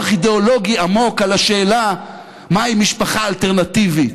אידיאולוגי עמוק על השאלה מהי משפחה אלטרנטיבית,